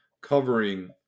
covering